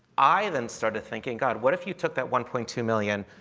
i then started thinking, god, what if you took that one point two million